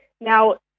Now